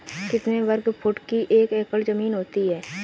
कितने वर्ग फुट की एक एकड़ ज़मीन होती है?